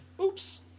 oops